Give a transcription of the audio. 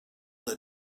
that